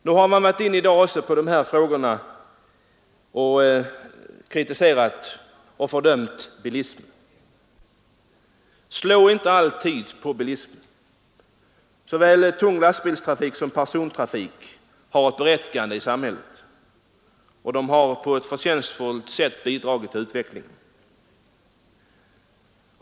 Man har även i dag varit inne på dessa frågor och kritiserat och fördömt bilismen. Slå inte alltid mot bilismen! Såväl tung lastbilstrafik som personbilstrafik har ett berättigande i samhället, och de har på ett förtjänstfullt sätt bidragit till utvecklingen.